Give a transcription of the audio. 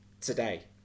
today